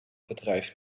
bedrijf